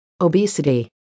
obesity